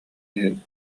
иһин